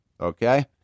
Okay